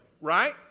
Right